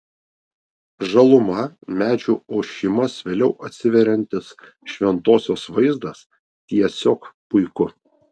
žaluma medžių ošimas vėliau atsiveriantis šventosios vaizdas tiesiog puiku